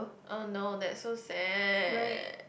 oh no that's so sad